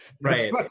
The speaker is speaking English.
right